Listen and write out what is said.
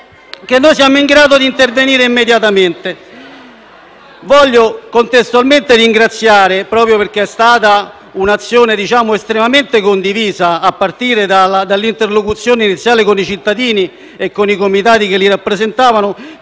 che siamo in grado di intervenire immediatamente. Voglio contestualmente ringraziare, proprio perché è stata un'azione estremamente condivisa, a partire dall'interlocuzione iniziale con i cittadini e con i comitati che li rappresentavano,